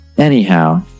Anyhow